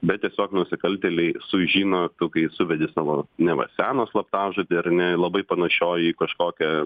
bet tiesiog nusikaltėliai sužino kai suvedi savo neva seną slaptažodį ar labai panašioj į kažkokią